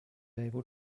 able